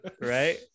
Right